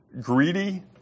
greedy